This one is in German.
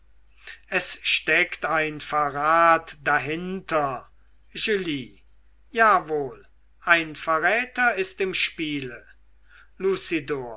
es steckt ein verrat dahinter julie jawohl ein verräter ist im spiele